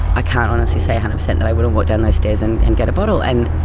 i can't honestly say kind of say that i wouldn't walk down those stairs and and get a bottle. and